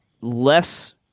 less